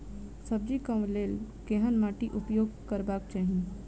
सब्जी कऽ लेल केहन माटि उपयोग करबाक चाहि?